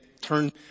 turn